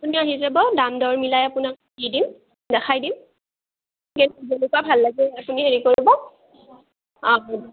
আপুনি আহি যাব দাম দৰ মিলাই আপোনাক দি দিম দেখাই দিম যেনেকুৱা ভাল লাগে আপুনি হেৰি কৰিব অঁ